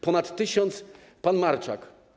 Ponad 1000... Pan Marczak.